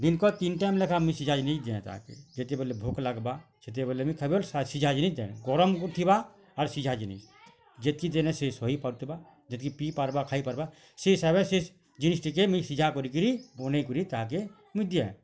ଦିନ୍କ ତିନି ଟାଇମ୍ ଲେଖାଁ ମିଶି ଯାଇ ନି ଯାହା ତାହା କେ ଯେତେବେଳେ ଭୋକ୍ ଲାଗ୍ଗା ସେତେବେଳେ ନେ ଖାଇବା ସିଝା ଜିନିଷ୍ ଦିଏଁ ଗରମକୁ ଥିବା ଆର୍ ସିଝା ଜିନିଷ୍ ଯେତ୍କି ଦେନେଁ ସେ ସହି ପାରୁଥିବା ଯେତ୍କି ପିଇ ପାର୍ବା ଖାଇ ପାର୍ବା ସେ ହିସାବେ ସେ ଜିନଷ୍ ଟିକେ ମିଁ ସିଝା କରି କିରି ବନେଇ କରି ତାକେ ମୁଁ ଯାଏଁ